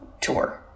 tour